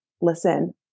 listen